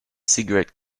cigarette